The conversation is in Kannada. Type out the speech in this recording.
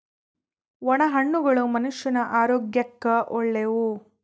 ಒಣ ಹಣ್ಣುಗಳು ಮನುಷ್ಯನ ಆರೋಗ್ಯಕ್ಕ ಒಳ್ಳೆವು